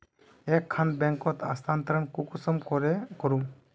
एक खान बैंकोत स्थानंतरण कुंसम करे करूम?